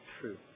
true